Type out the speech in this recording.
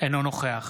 אינו נוכח